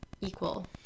equal